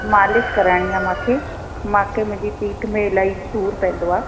मालिश कराइणी आहे मांखे मांखे मुंहिंजी पीठ में इलाही सूर पवंदो आहे